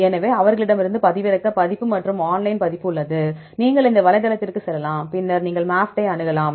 எனவே அவர்களிடம் பதிவிறக்க பதிப்பு மற்றும் ஆன்லைன் பதிப்பு உள்ளது நீங்கள் இந்த வலைத்தளத்திற்கு செல்லலாம் பின்னர் நீங்கள் MAFFT ஐ அணுகலாம்